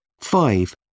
five